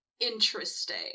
interesting